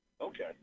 Okay